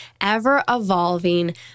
ever-evolving